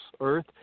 earth